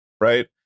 right